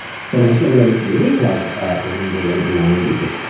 so when i started writing for the a v. club in the late ninety s,